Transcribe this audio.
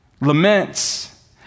Laments